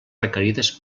requerides